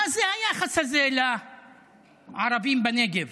מה זה היחס הזה לערבים בנגב?